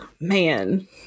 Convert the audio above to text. man